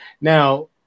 now